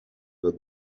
where